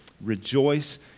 Rejoice